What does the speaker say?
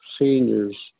seniors